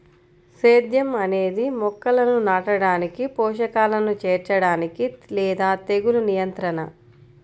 సేద్యం అనేది మొక్కలను నాటడానికి, పోషకాలను చేర్చడానికి లేదా తెగులు నియంత్రణ